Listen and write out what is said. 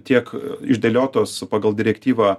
tiek išdėliotos pagal direktyvą